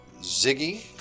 Ziggy